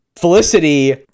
Felicity